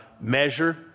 measure